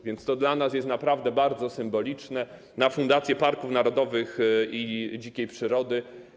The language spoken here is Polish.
Więc dla nas to jest naprawdę bardzo symboliczne - na fundację parków narodowych i dzikiej przyrody.